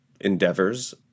endeavors